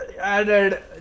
added